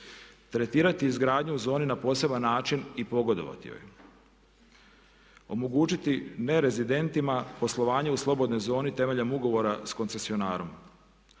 Tretirati izgradnju zoni na poseban način i pogodovati joj. Omogućiti ne rezidentima poslovanje u slobodnoj zoni temeljem ugovora s koncesionarom,